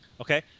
okay